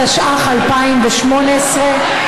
התשע"ח 2018,